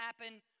happen